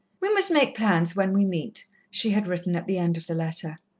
we must make plans when we meet, she had written at the end of the letter.